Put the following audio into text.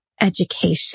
education